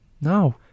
No